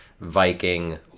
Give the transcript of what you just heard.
Viking